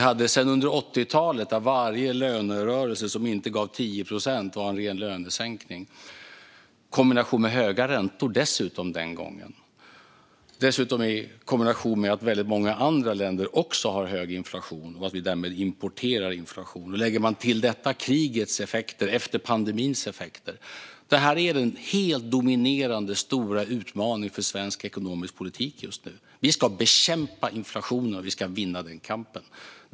På 80-talet var varje lönerörelse som inte gav 10 procent en ren lönesänkning. Den gången kombinerades inflationen med höga räntor. Det är väldigt många andra länder som också har hög inflation. Därmed importerar vi inflation. Lägger man till krigets effekter och pandemins effekter är det här den helt dominerande stora utmaningen för svensk ekonomisk politik just nu. Vi ska bekämpa inflationen, och vi ska vinna den kampen.